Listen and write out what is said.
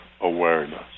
awareness